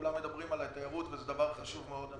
כולם מדברים על התיירים וזה דבר חשוב מאוד.